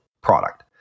product